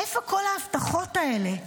איפה כל ההבטחות האלה?